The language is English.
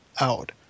out